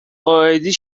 قائدی